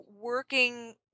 working